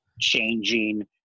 changing